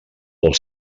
als